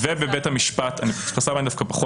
ולמעשה אישור הצילום ואישור הפרסום הם אלו שדווקא הפכו